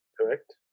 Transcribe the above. correct